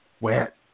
wet